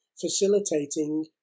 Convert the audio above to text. facilitating